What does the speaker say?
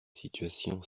situations